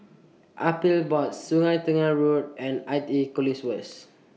Appeals Board Sungei Tengah Road and I T E College West